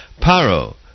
Paro